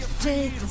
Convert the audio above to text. Take